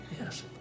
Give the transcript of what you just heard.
Yes